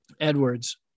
Edwards